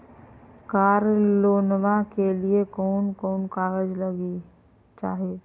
कार लोनमा के लिय कौन कौन कागज चाही?